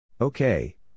okay